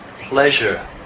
pleasure